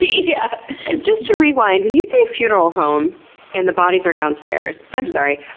yeah just to rewind, when you say, funeral home and the bodies are downstairs, i'm sorry,